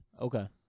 Okay